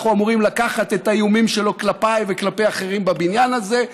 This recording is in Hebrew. אמורים לקחת את האיומים שלו כלפיי וכלפי אחרים בבניין הזה.